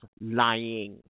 lying